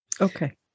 Okay